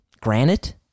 Granite